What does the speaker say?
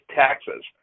taxes